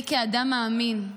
אני כאדם מאמין,